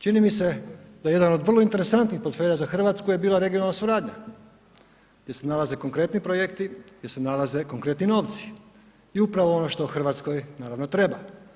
Čini mi se da jedan od vrlo interesantnih portfelja za Hrvatsku je bila regionalna suradnja gdje se nalaze konkretni projekti, gdje se nalaze konkretni novci i upravo ono što Hrvatskoj naravno treba.